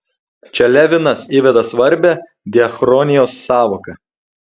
čia levinas įveda svarbią diachronijos sąvoką